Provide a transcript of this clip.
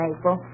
April